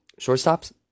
shortstops